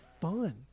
fun